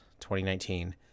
2019